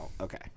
Okay